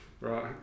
Right